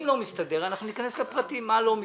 אם לא מסתדר, ניכנס לפרטים מה לא מסתדר.